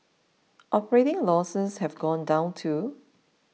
operating losses have gone down too